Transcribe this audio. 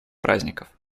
праздников